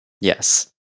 Yes